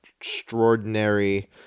extraordinary